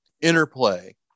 interplay